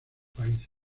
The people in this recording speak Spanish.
país